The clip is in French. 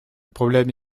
problème